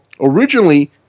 originally